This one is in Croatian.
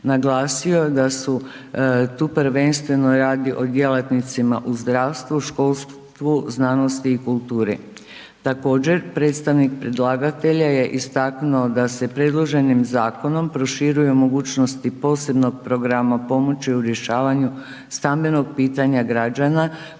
Naglasio je da se tu prvenstveno radi o djelatnicima u zdravstvu, školstvu, znanosti i kulturi. Također, predstavnik predlagatelja je istaknuo da se predloženim zakonom proširuje mogućnosti posebnog programa pomoći u rješavanju stambenog pitanja građana